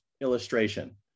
illustration